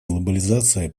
глобализация